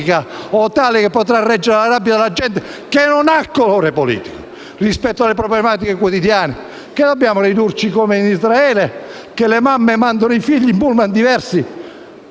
politica che potrà reggere la rabbia della gente, che non ha colore politico rispetto alle problematiche quotidiane. Dobbiamo ridurci come in Israele, in cui le mamme mandano i figli in pullman diversi